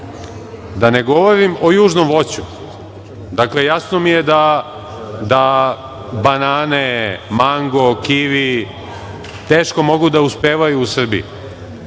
da ne govorim o južnom voću. Dakle, jasno mi je da banane, mango, kivi, teško mogu da uspevaju u Srbiji,